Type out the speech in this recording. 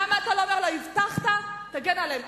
למה אתה לא אומר לו: הבטחת, תגן עליהם?